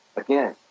again,